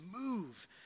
move